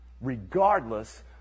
regardless